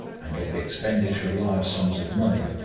and of the expenditure of large sums of money,